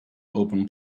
open